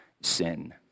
Sin